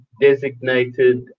designated